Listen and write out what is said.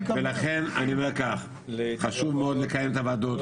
ולכן אני אומר כך: חשוב מאוד לקיים את הוועדות,